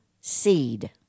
seed